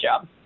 job